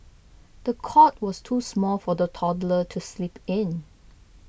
the cot was too small for the toddler to sleep in